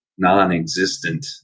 Non-existent